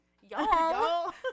y'all